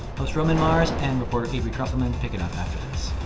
host roman mars and reporter avery trufelman pick it up after this